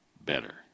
better